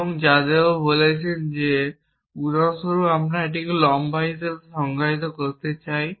এবং জাদেহ বলেছেন যে উদাহরণস্বরূপ আমি যদি লম্বাকে সংজ্ঞায়িত করতে চাই